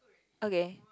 okay